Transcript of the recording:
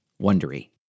wondery